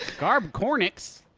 garb cornix.